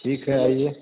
ठीक है आईए